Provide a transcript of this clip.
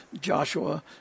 Joshua